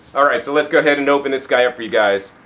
alright, so let's go ahead and open this guy up for you guys.